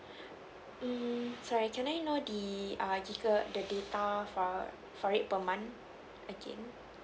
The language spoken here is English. mm sorry can I know the err gigabyte the data for for it per month again